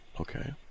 Okay